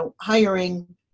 hiring